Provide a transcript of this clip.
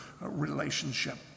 relationship